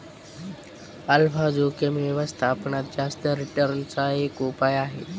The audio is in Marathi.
अल्फा जोखिम व्यवस्थापनात जास्त रिटर्न चा एक उपाय आहे